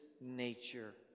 nature